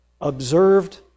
observed